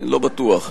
לא בטוח.